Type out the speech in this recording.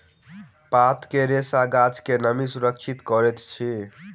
पात के रेशा गाछ के नमी सुरक्षित करैत अछि